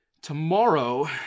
Tomorrow